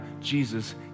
Jesus